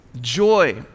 joy